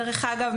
דרך אגב,